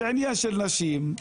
שעניין של נשים,